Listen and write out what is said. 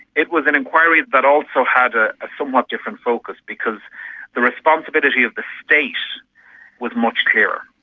it was an inquiry that also had ah a somewhat different focus because the responsibility of the state was much clearer.